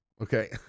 okay